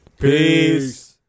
Peace